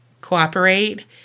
cooperate